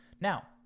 Now